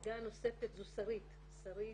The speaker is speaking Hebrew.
הנציגה הנוספת היא שרית צרפתי.